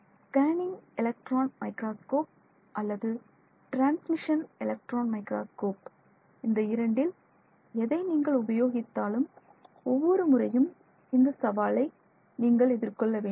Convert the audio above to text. scanning electron microscope அல்லது transmission electron microscope இந்த இரண்டில் எதை நீங்கள் உபயோகித்தாலும் ஒவ்வொரு முறையும் இந்த சவாலை நீங்கள் எதிர்கொள்ள வேண்டும்